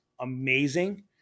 amazing